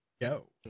go